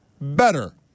better